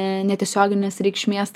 ne netiesioginės reikšmės